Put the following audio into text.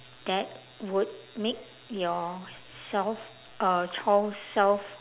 that would make yourself uh child self